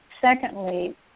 secondly